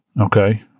okay